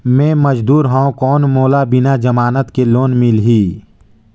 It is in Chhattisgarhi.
मे मजदूर हवं कौन मोला बिना जमानत के लोन मिलही?